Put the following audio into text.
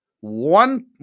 one